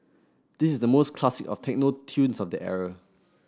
this is the most classic of techno tunes of that era